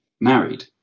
married